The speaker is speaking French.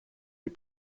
les